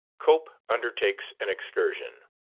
cope undertakes an excursion